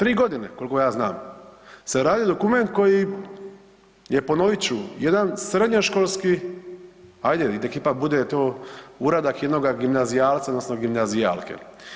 Tri godine koliko ja znam se radi dokument koji je ponovit ću jedan srednjoškolski, hajde neka ipak bude to uradak jednoga gimnazijalca, odnosno gimnazijalke.